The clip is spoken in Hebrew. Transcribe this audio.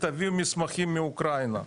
תביאו מסמכים מאוקראינה.